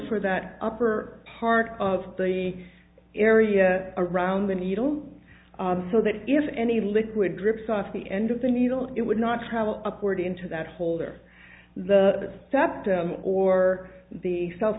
for that upper part of the area around the needle so that if any liquid drips off the end of the needle it would not travel upward into that hole or the septum or the self